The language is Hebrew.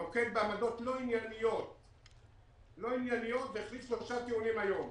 נוקט בעמדות לא ענייניות והחליף שלושה טיעונים היום.